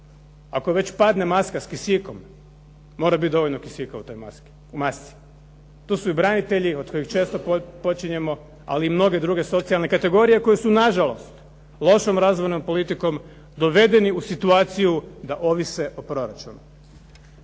ako već padne maska s kisikom mora biti dovoljno kisika u toj masci. Tu su i branitelji od kojih često počinjemo ali i mnoge druge socijalne kategorije koje su nažalost lošom razvojnom politikom dovedeni u situaciju da ovise o proračunu.